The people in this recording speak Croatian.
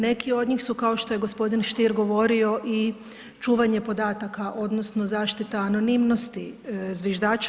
Neki od njih su kao što je gospodin Stier govorio i čuvanje podataka odnosno zaštita anonimnosti zviždača.